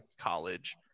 College